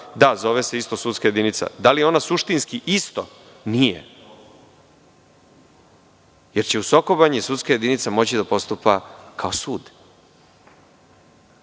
Da, zove se isto sudska jedinica. Da li je ona suštinski isto? Nije, jer će u Soko Banji sudska jedinica moći da postupa kao sud.